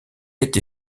été